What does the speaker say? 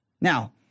Now